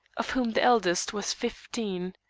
of whom the eldest was fifteen.